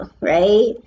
right